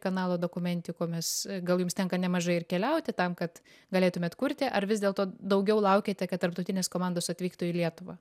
kanalo dokumentikomis gal jums tenka nemažai ir keliauti tam kad galėtumėt kurti ar vis dėlto daugiau laukiate kad tarptautinės komandos atvyktų į lietuvą